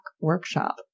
workshop